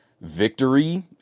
victory